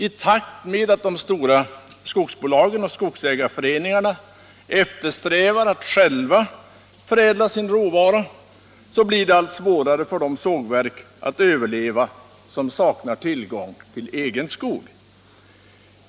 I takt med att de stora skogsbolagen och skogsägarföreningarna själva börjar förädla sin råvara blir det allt svårare för de sågverk som saknar egen skog att överleva.